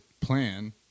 plan